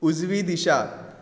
उजवी दिशा